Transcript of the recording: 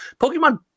Pokemon